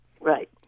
Right